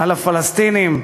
על הפלסטינים,